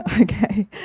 Okay